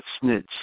snitch